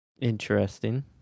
Interesting